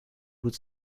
would